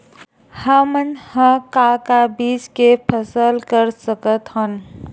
हमन ह का का बीज के फसल कर सकत हन?